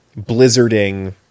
blizzarding